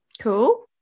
Cool